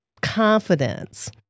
confidence